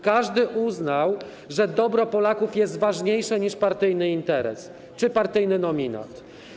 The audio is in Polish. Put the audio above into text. Każdy uznał, że dobro Polaków jest ważniejsze niż partyjny interes czy partyjny nominat.